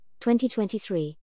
2023